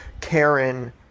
Karen